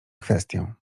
kwestię